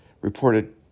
reported